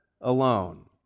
alone